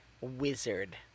Wizard